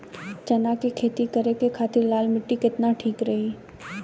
चना के खेती करे के खातिर लाल मिट्टी केतना ठीक रही?